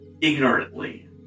ignorantly